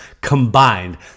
combined